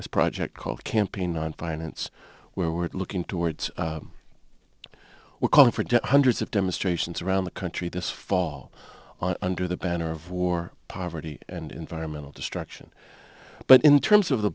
a project called campaign nonviolence where we're looking towards we're calling for hundreds of demonstrations around the country this fall under the banner of war poverty and environmental destruction but in terms of the